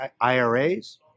IRAs